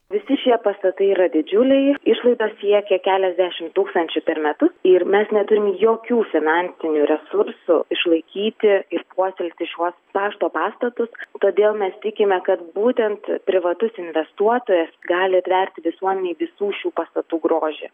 visi šie pastatai yra didžiuliai išlaidos siekia keliasdešimt tūkstančių per metus ir mes neturim jokių finansinių resursų išlaikyti ir puoselėti šiuos pašto pastatus todėl mes tikime kad būtent privatus investuotojas gali atverti visuomenei visų šių pastatų grožį